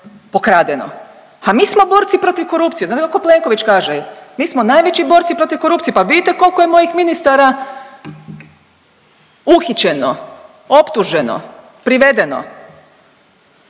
pokradeno? Pa mi smo borci protiv korupcije, znate kako Plenković kaže, mi smo najveći borci protiv korupcije, pa vidite koliko je mojih ministara uhićeno, optuženo, privedeno.